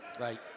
Right